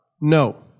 No